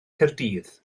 caerdydd